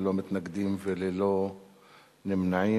ללא מתנגדים וללא נמנעים.